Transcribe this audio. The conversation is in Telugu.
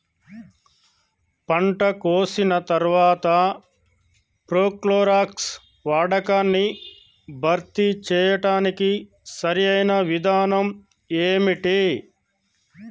పంట కోసిన తర్వాత ప్రోక్లోరాక్స్ వాడకాన్ని భర్తీ చేయడానికి సరియైన విధానం ఏమిటి?